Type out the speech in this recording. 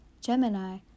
Gemini